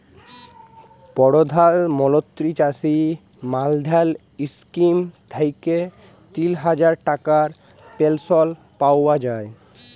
পরধাল মলত্রি চাষী মাল্ধাল ইস্কিম থ্যাইকে তিল হাজার টাকার পেলশল পাউয়া যায়